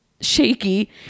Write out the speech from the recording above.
shaky